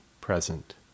present